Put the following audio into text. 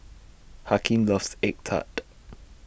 Hakim loves Egg Tart